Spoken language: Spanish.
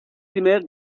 primer